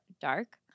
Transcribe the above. dark